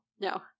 no